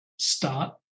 start